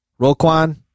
Roquan